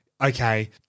okay